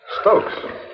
Stokes